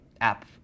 app